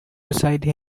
beside